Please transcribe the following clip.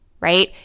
right